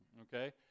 okay